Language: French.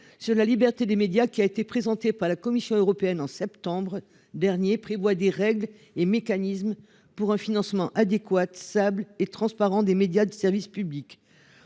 sur la liberté des médias qui a été présenté par la Commission européenne en septembre dernier prévoit des règles et mécanismes pour un financement adéquat de sable et transparent des médias de service public.